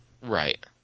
Right